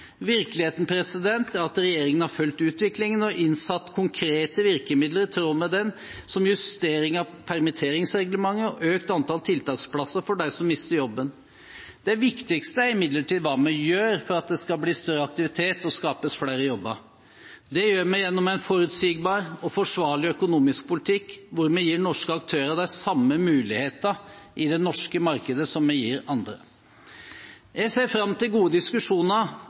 Virkeligheten er at regjeringen har fulgt utviklingen og innsatt konkrete virkemidler i tråd med den, som justering av permitteringsreglementet og økt antall tiltaksplasser for dem som mister jobben. Det viktigste er imidlertid hva vi gjør for at det skal bli større aktivitet og skapes flere jobber. Det gjør vi gjennom en forutsigbar og forsvarlig økonomisk politikk, der vi gir norske aktører de samme muligheter i det norske markedet som vi gir andre. Jeg ser fram til gode diskusjoner